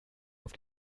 auf